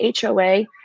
HOA